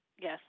Yes